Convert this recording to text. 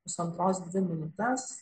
pusantros dvi minutes